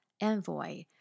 envoy